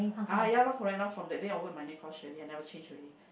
uh ya lor correct lor from that day onwards my name call Shirley I never change already